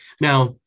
Now